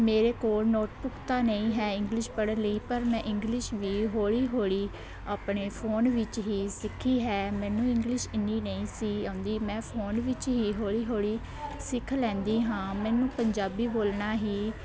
ਮੇਰੇ ਕੋਲ ਨੋਟਬੁੱਕ ਤਾਂ ਨਹੀਂ ਹੈ ਇੰਗਲਿਸ਼ ਪੜ੍ਹਨ ਲਈ ਪਰ ਮੈਂ ਇੰਗਲਿਸ਼ ਵੀ ਹੌਲੀ ਹੌਲੀ ਆਪਣੇ ਫ਼ੋਨ ਵਿੱਚ ਹੀ ਸਿੱਖੀ ਹੈ ਮੈਨੂੰ ਇੰਗਲਿਸ਼ ਇੰਨੀ ਨਹੀਂ ਸੀ ਆਉਂਦੀ ਮੈਂ ਫ਼ੋਨ ਵਿੱਚ ਹੀ ਹੌਲੀ ਹੌਲੀ ਸਿੱਖ ਲੈਂਦੀ ਹਾਂ ਮੈਨੂੰ ਪੰਜਾਬੀ ਬੋਲਣਾ ਹੀ